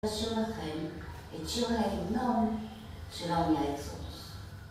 אני אשיר לכם את שיר ההמנון של האוניה אקסודוס.